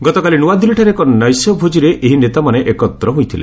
ଗତକାଲି ନୃଆଦିଲ୍ଲୀଠାରେ ଏକ ନୈଶଭୋଜିରେ ଏହି ନେତାମାନେ ଏକତ୍ ହୋଇଥିଲେ